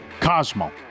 Cosmo